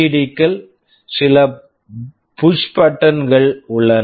D LED -க்கள் சில push button சுவிட்ச் push button switch கள் உள்ளன